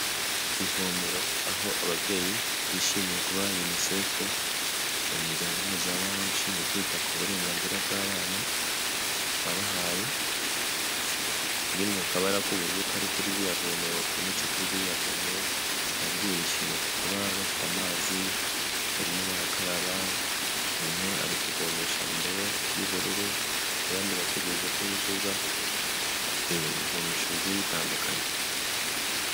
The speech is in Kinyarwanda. Ivomero, aho ababyeyi bishimiye kuba UNICEF "umuryango mpuzamahanga ushinzwe kwita ku burenganzira bw'abana' wabahaye. Iri mu kabara k'uburururi kometse kuri ririya vomero, ababyeyi bishimiye kuba bafite amazi barimo barakaraba, umwe ari kuvomesha indobo y'ubururu abandi bategereje ko yuzuza, bafite ibivomesho bigiye bitandukanye.